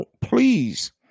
please